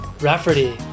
Rafferty